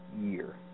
year